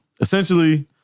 essentially